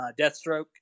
Deathstroke